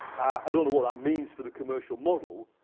i don't know what that means for the commercial model,